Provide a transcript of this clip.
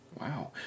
Wow